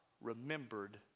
remembered